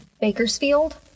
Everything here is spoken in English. bakersfield